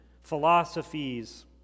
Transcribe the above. philosophies